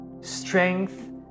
strength